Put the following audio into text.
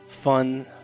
Fun